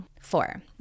Four